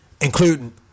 including